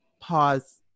pause